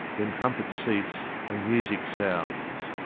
then trumpets cease, and music sounds.